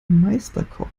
meisterkoch